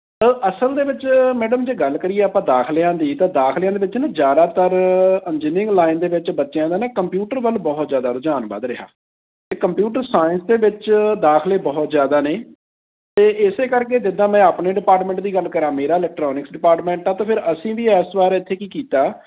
ਅਸਲ ਦੇ ਵਿੱਚ ਮੈਡਮ ਜੇ ਗੱਲ ਕਰੀਏ ਆਪਾਂ ਦਾਖ਼ਲਿਆਂ ਦੀ ਤਾਂ ਦਾਖ਼ਲਿਆਂ ਦੇ ਵਿੱਚ ਨਾ ਜ਼ਿਆਦਾਤਰ ਇੰਜੀਨੀਅਰਿੰਗ ਲਾਈਨ ਦੇ ਵਿੱਚ ਬੱਚਿਆਂ ਦਾ ਨਾ ਕੰਪਿਊਟਰ ਵੱਲ ਬਹੁਤ ਜ਼ਿਆਦਾ ਰੁਝਾਨ ਵੱਧ ਰਿਹਾ ਅਤੇ ਕੰਪਿਊਟਰ ਸਾਇੰਸ ਦੇ ਵਿੱਚ ਦਾਖਲੇ ਬਹੁਤ ਜ਼ਿਆਦਾ ਨੇ ਅਤੇ ਇਸੇ ਕਰਕੇ ਜਿੱਦਾਂ ਮੈਂ ਆਪਣੇ ਡਿਪਾਰਟਮੈਂਟ ਦੀ ਗੱਲ ਕਰਾਂ ਮੇਰਾ ਇਲੈਕਟ੍ਰੋਨਿਕਸ ਡਿਪਾਰਟਮੈਂਟ ਆ ਅਤੇ ਫਿਰ ਅਸੀਂ ਵੀ ਇਸ ਵਾਰ ਇੱਥੇ ਕੀ ਕੀਤਾ